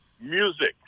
music